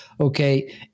okay